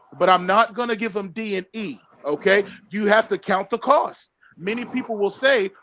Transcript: but i'm not gonna give them d and e okay, you have to count the cost many people will say.